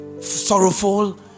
sorrowful